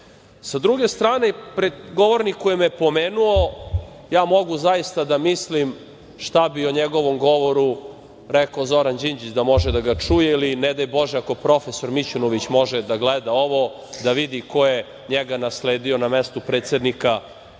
druge strane, pred govornikom koji me je pomenuo, zaista mogu da mislim šta bi o njegovom govoru rekao Zoran Đinđić da može da ga čuje ili, ne daj Bože, ako profesor Mićunović može da gleda ovo, da vidi ko je njega nasledio na mestu predsednika te